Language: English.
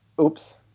oops